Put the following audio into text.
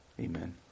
Amen